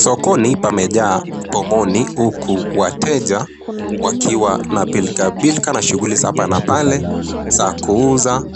Sokoni pamejaa pomoni huku wateja wakiwa na pilkapilka na shughuli za hapa na pale, za kuuza